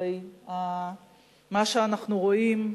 הרי מה שאנחנו רואים,